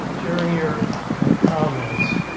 during your comments,